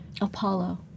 Apollo